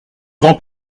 grand